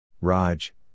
Raj